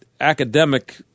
academic